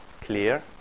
clear